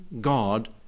god